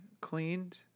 cleaned